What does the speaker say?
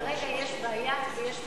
כרגע יש בעיה ויש מצוקה.